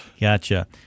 Gotcha